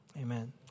Amen